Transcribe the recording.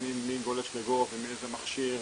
בוחנים מי גולש ל- gov.il ומאיזה מכשיר,